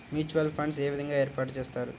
Mutual funds ఏ విధంగా ఏర్పాటు చేస్తారు?